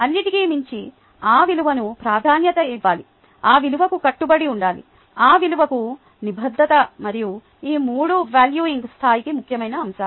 అన్నిటికీ మించి ఆ విలువకు ప్రాధాన్యతనివ్వాలి ఆ విలువకు కట్టుబడి ఉండాలి విలువకు నిబద్ధత మరియు ఈ 3 వాల్యూఇంగ్ స్థాయికి ముఖ్యమైన అంశాలు